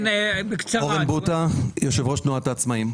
אני אורן בוטא, יו"ר תנועת העצמאים.